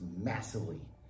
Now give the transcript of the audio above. massively